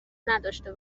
نداشته